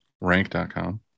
rank.com